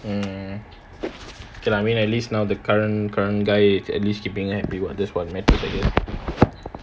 hmm K lah I mean at least now the curren~ current guy at least keeping her happy [what] that's what matters the most